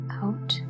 out